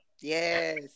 Yes